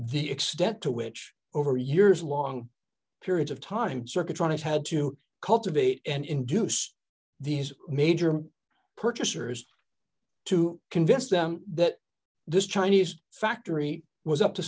the extent to which over years long periods of time circuits when it had to cultivate and induce these major purchasers to convince them that this chinese factory was up to